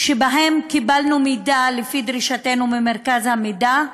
שבהם קיבלנו מידע, לפי דרישתנו, ממרכז המידע,